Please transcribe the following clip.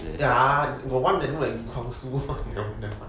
ya got one look like lee kwang soo